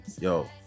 yo